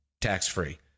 tax-free